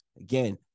Again